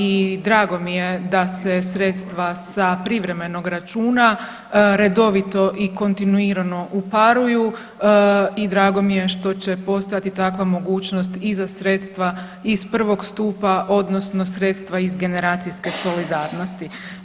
I drago mi je da se sredstva sa privremenog računa redovito i kontinuirano uparuju i drago mi je što će postojati i takva i za sredstva iz prvog stupa odnosno sredstva iz generacijske solidarnosti.